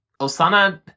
Osana